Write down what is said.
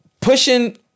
Pushing